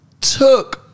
took